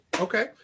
Okay